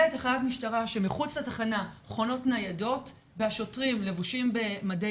לתחנת משטרה כשמחוץ לתחנה חונות ניידות והשוטרים לבושים במדי